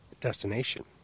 destination